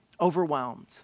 overwhelmed